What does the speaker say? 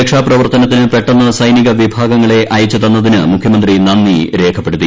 രക്ഷാപ്രവർത്തനത്തിന് പെട്ടെന്ന് സൈനിക വിഭാഗങ്ങളെ അയച്ചുതന്നതിന് മുഖ്യമന്ത്രി നന്ദി രേഖപ്പെടുത്തി